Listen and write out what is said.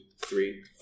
three